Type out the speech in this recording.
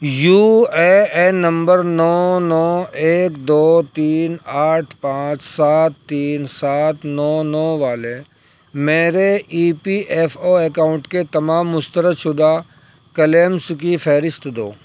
you A N number نو نو ایک دو تین آٹھ پانچ سات تین سات نو نو والے میرے E P F O account کے تمام مسترد شدہ کلیمز کی فہرست دو